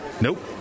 Nope